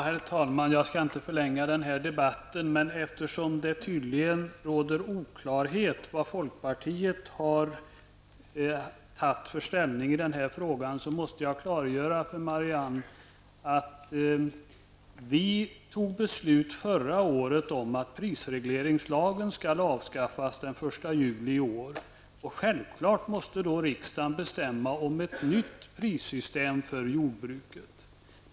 Herr talman! Jag skall inte förlänga den här debatten, men eftersom det tydligen råder oklarhet om vilken ståndpunkt folkpartiet har intagit i den här frågan måste jag klargöra detta för Marianne Vi fattade förra året beslut om att prisregleringslagen skall avskaffas den 1 juli i år. Självfallet måste riksdagen då fatta beslut om ett nytt prissystem för jordbruket.